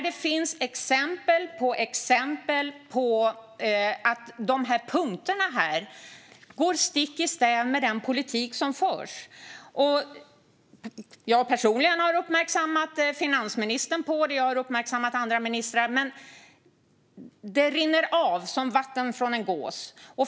Det finns exempel på punkter som går stick i stäv med den politik som förs. Jag har personligen uppmärksammat finansministern och andra ministrar på det, men det rinner av som vatten från en gås.